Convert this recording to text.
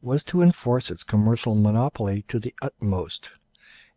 was to enforce its commercial monopoly to the utmost